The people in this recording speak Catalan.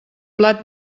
plat